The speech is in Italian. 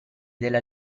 della